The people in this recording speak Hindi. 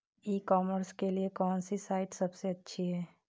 ई कॉमर्स के लिए कौनसी साइट सबसे अच्छी है?